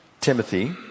Timothy